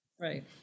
Right